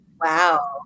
Wow